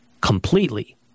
completely